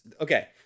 okay